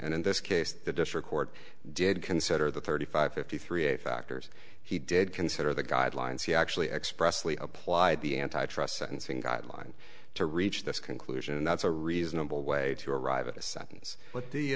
and in this case the district court did consider the thirty five fifty three a factors he did consider the guidelines he actually expressly applied the anti trust sentencing guideline to reach this conclusion and that's a reasonable way to arrive at a sentence but the